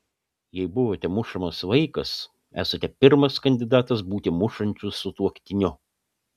jei buvote mušamas vaikas esate pirmas kandidatas būti mušančiu sutuoktiniu